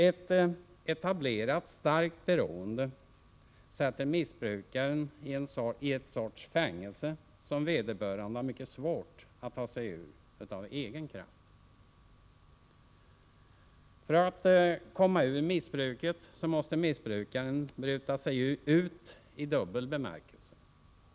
Ett etablerat starkt beroende sätter missbrukaren i en sorts fängelse, som vederbörande har mycket svårt att ta sig ur av egen kraft. För att komma ur missbruket måste missbrukaren bryta sig ut i dubbel bemärkelse.